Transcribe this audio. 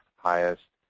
highest,